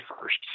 first